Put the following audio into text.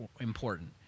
important